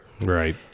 right